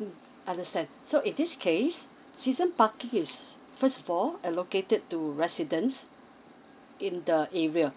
mm understand so in this case season parking is first floor allocated to residents in the area